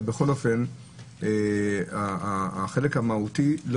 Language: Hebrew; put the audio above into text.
החלק המהותי,